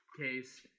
case